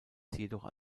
jedoch